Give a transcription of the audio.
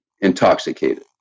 intoxicated